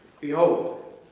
Behold